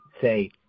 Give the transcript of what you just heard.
say